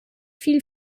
viel